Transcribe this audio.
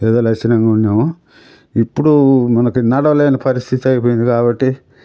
ఏదో లక్షణంగా ఉండినాము ఇప్పుడు మనకి నడవలేని పరిస్థితి అయిపోయింది కాబట్టి